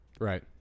right